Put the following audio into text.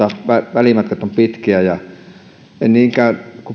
välimatkat ovat pitkiä en niinkään